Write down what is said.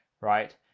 right